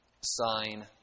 sign